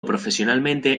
profesionalmente